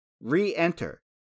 Re-enter